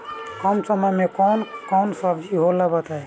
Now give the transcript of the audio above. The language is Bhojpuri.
कम समय में कौन कौन सब्जी होला बताई?